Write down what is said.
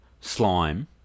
slime